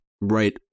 right